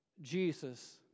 Jesus